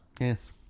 Yes